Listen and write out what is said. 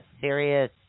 serious